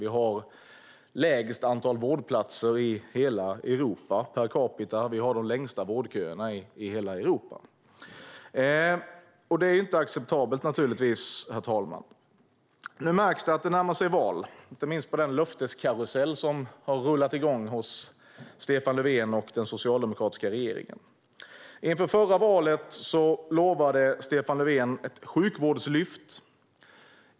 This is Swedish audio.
Vi har lägst antal vårdplatser per capita i hela Europa. Vi har också de längsta vårdköerna i hela Europa. Det är naturligtvis inte acceptabelt, herr talman. Nu märks det att det närmar sig val, inte minst på den löfteskarusell som har rullat igång hos Stefan Löfven och den socialdemokratiska regeringen. Inför förra valet lovade Stefan Löfven ett sjukvårdslyft.